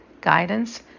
guidance